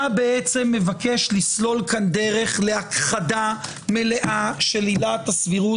אתה מבקש בעצם לסלול כאן דרך להכחדה מלאה של עילת הסבירת